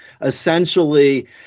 essentially